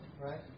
right